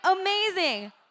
Amazing